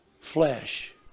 Flesh